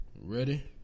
Ready